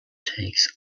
takes